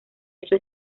ocho